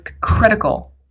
critical